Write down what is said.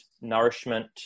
nourishment